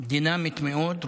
דינמית מאוד,